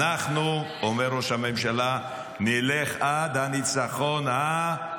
אנחנו, אומר ראש הממשלה, נלך עד הניצחון ה-?